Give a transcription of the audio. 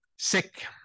Sick